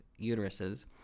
uteruses